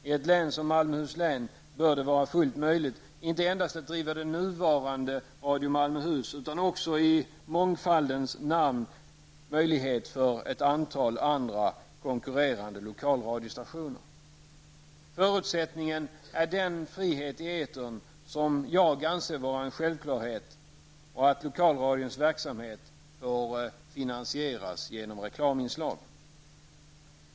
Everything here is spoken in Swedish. I ett län som Malmöhus län bör det vara fullt möjligt att inte endast driva det nuvarande Radio Malmöhus utan också i mångfaldens namn ge möjlighet för ett antal andra, konkurrerande lokalradiostationer. Förutsättningen är den frihet i etern som jag anser vara en självklarhet och att lokalradions verksamhet får finansieras genom reklaminslag.